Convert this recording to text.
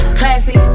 classy